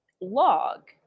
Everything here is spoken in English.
log